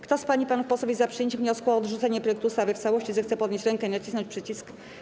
Kto z pań i panów posłów jest za przyjęciem wniosku o odrzucenie projektu ustawy w całości, zechce podnieść rękę i nacisnąć przycisk.